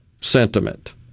sentiment